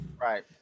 right